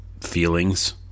feelings